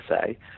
say